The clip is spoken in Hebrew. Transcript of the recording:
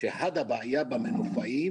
אחת הבעיות עם המנופאים